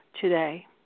today